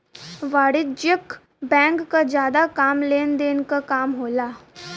वाणिज्यिक बैंक क जादा काम लेन देन क काम होला